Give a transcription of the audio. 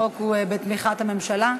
החוק הוא בתמיכת הממשלה.